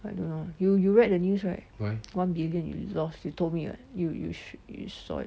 I don't know uh you you read the news right one billion in loss you told me [what] you you you saw it